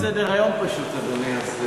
סדר-היום פשוט, אדוני.